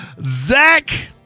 Zach